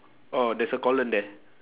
orh there's a colon there